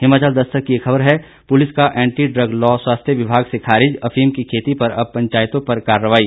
हिमाचल दस्तक की एक खबर है पुलिस का एंटी ड्रग लॉ स्वास्थ्य विभाग से खारिज अफीम की खेती पर अब पंचायतों पर कार्रवाई